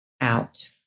out